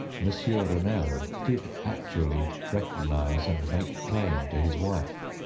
monsieur renelle did actually recognize and make claim to his wife.